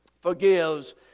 Forgives